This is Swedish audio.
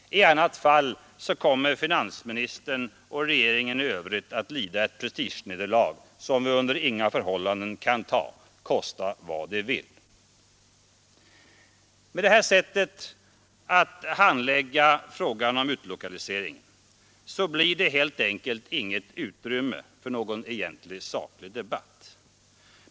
I annat fall kommer finansministern och regeringen att lida ett prestigenederlag, som vi under inga förhållanden kan ta, kosta vad det vill. Med det här sättet att handlägga frågan om utlokalisering blir det helt enkelt inget utrymme för någon egentlig saklig debatt.